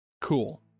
cool